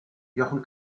jochen